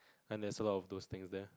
then there's a lot of those things there